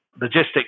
logistics